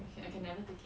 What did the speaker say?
I can never take it